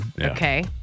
Okay